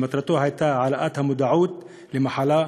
שמטרתו הייתה העלאת המודעות למחלה,